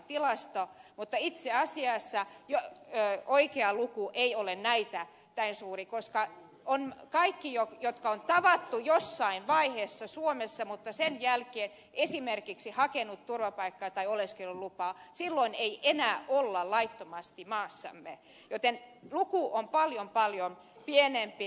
mutta itse asiassa oikea luku ei ole näin suuri koska kaikki jotka on tavattu jossain vaiheessa suomessa mutta jotka ovat sen jälkeen esimerkiksi hakeneet turvapaikkaa tai oleskelulupaa eivät enää silloin ole laittomasti maassamme joten luku on paljon paljon pienempi